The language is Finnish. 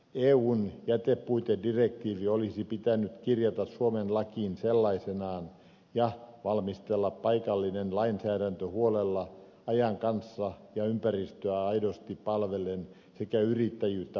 eun jätepuitedirektiivi olisi pitänyt kirjata suomen lakiin sellaisenaan ja valmistella paikallinen lainsäädäntö huolella ajan kanssa ja ympäristöä aidosti palvellen sekä yrittäjyyttä vahvistaen